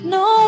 no